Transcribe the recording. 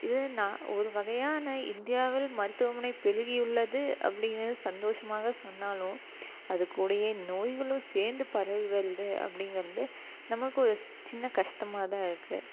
இது ஒரு வகையான இந்தியாவில் மருத்துவமனை பெருகியுள்ளது அப்படீங்கிறது சந்தோஷமாக சொன்னாலும் அது கூட நோய்களும் சேர்ந்து பரவி வருது அப்படீங்கிறது நம்மளுக்கும் ஒரு சின்ன கஷ்டமாக தான் இருக்கு